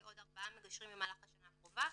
במהלך השנה הקרובה,